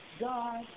God